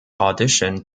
audition